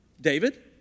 David